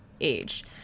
age